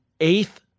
eighth